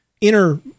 inner